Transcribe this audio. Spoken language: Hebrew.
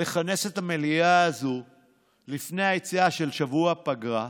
לכנס את המליאה הזאת לפני היציאה לשבוע פגרה,